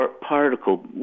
particle